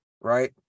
right